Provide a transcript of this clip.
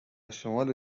شمال